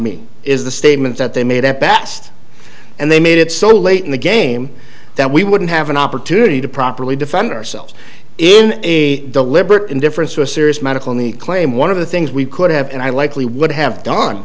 me is the statement that they made at bats and they made it so late in the game that we wouldn't have an opportunity to properly defend ourselves in a deliberate indifference to a serious medical in the claim one of the things we could have and i likely would have done